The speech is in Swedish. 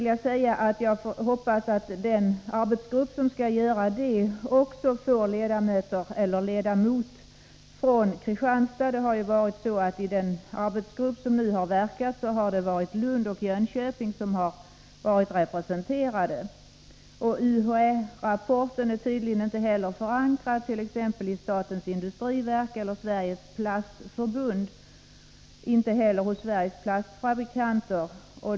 Jag hoppas att den arbetsgrupp som skall utreda frågan också får representant eller representanter från Kristianstad. I den arbetsgrupp som nu har verkat har endast Lund och Jönköping representerats. UHÄ-rapporten är tydligen inte heller förankrad i exempelvis statens industriverk, hos Sveriges plastförbund eller hos Föreningen Sveriges plastfabrikanter.